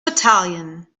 battalion